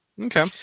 Okay